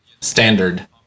standard